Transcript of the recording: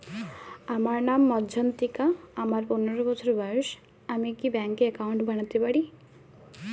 আমার নাম মজ্ঝন্তিকা, আমার পনেরো বছর বয়স, আমি কি ব্যঙ্কে একাউন্ট বানাতে পারি?